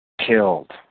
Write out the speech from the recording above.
Killed